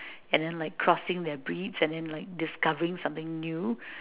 and then like crossing their breeds and then discovering something new